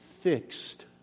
fixed